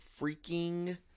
freaking